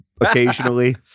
occasionally